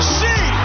see